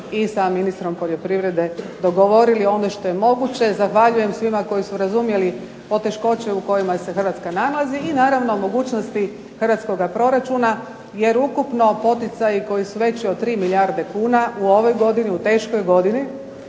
i sa ministrom poljoprivrede dogovorili ono što je moguće. Zahvaljujem svima koji su razumjeli poteškoće u kojima se Hrvatska nalazi i naravno u mogućnosti hrvatskoga proračuna, jer ukupno poticaji koji su veći od 3 milijarde kuna, u ovoj godini u teškoj godini,